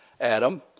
Adam